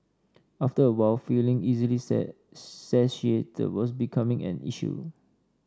after a while feeling easily satiated was becoming an issue